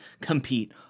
compete